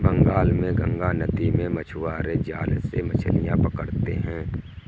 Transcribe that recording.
बंगाल में गंगा नदी में मछुआरे जाल से मछलियां पकड़ते हैं